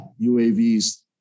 UAVs